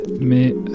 mais